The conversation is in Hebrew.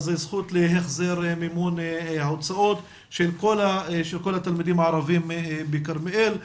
אז זכות להחזר מימון הוצאות של כל התלמידים הערבים בכרמיאל.